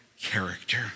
character